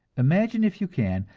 imagine if you can,